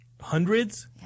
Hundreds